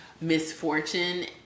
misfortune